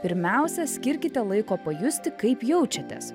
pirmiausia skirkite laiko pajusti kaip jaučiatės